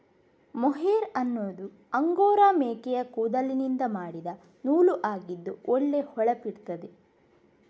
mohair ಅನ್ನುದು angora ಮೇಕೆಯ ಕೂದಲಿನಿಂದ ಮಾಡಿದ ನೂಲು ಆಗಿದ್ದು ಒಳ್ಳೆ ಹೊಳಪಿರ್ತದೆ